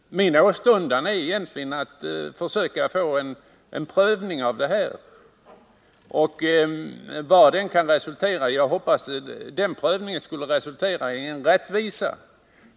Min åstundan är egentligen att försöka få en prövning av mitt förslag, och jag vill veta vad den kan resultera i — jag hoppas att den kan resultera i rättvisa.